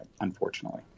unfortunately